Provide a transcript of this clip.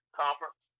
conference